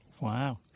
Wow